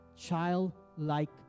Childlike